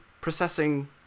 processing